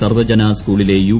സർവജന സ്കൂളിലെ യു